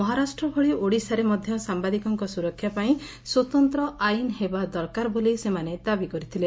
ମହାରାଷ୍ଟ ଭଳି ଓଡ଼ିଶାରେ ମଧ୍ୟ ସାମ୍ଘାଦିକଙ୍କ ସ୍ବରକ୍ଷା ପାଇଁ ସ୍ୱତନ୍ତ ଆଇନ ହେବା ଦରକାର ବୋଲି ସେମାନେ ଦାବି କରିଥିଲେ